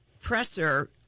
presser